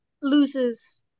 loses